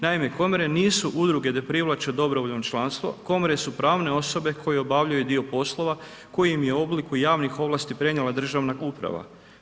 Naime, komore nisu udruge da privlače dobrovoljno članstvo, komore su pravne osobe koje obavljaju dio poslova koji im je u obliku javnih ovlasti prenijela državna uprava.